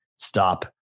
Stop